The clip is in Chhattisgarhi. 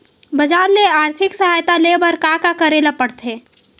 बजार ले आर्थिक सहायता ले बर का का करे ल पड़थे?